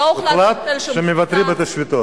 הוחלט שמבטלים את השביתות,